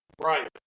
Right